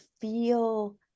feel